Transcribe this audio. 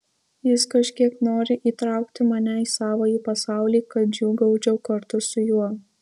jis kažkiek nori įtraukti mane į savąjį pasaulį kad džiūgaučiau kartu su juo